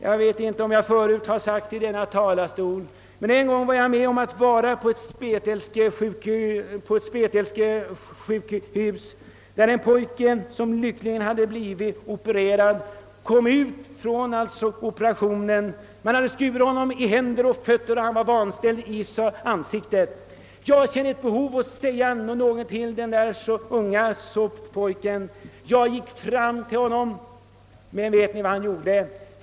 Jag vet inte om jag förut har berättat hur jag en gång på ett spetälskesjukhus träffade en pojke, som lyckligen blivit opererad. Man hade skurit honom i händer och fötter och han var vanställd i ansiktet. Jag kände ett behov att säga någonting till den unge grabben. Jag gick fram till honom. Men vet ni vad han gjorde?